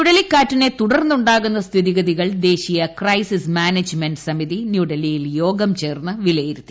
ചുഴലിക്കാറ്റിനെ തുടർന്നുണ്ടാകുന്ന സ്ഥിതിഗതികൾ ദേശീയ ക്രൈസിസ്സ് മാനേജ്മെന്റ് സമിതി ന്യൂഡൽഹിയിൽ യോഗം ചേർന്ന് വിലയിരുത്തി